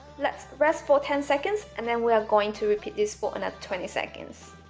let's rest for ten seconds, and then we are going to repeat this for another twenty seconds